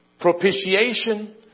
propitiation